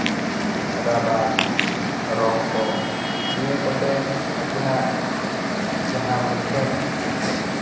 rubber ᱨᱚᱝ ᱠᱚ ᱱᱤᱭᱟᱹ ᱠᱚᱛᱮ ᱟᱹᱠᱤᱱᱟᱜ ᱡᱟᱦᱟᱸ ᱢᱩᱴᱷᱟᱹᱱ